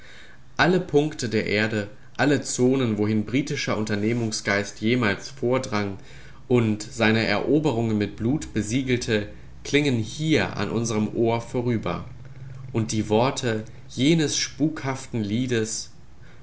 alle punkte der erde alle zonen wohin britischer unternehmungsgeist jemals vordrang und seine eroberungen mit blut besiegelte klingen hier an unserem ohr vorüber und die worte jenes spukhaften liedes